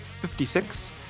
56